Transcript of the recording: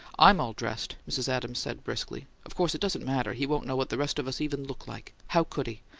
i'm all dressed, mrs. adams said, briskly. of course it doesn't matter. he won't know what the rest of us even look like how could he?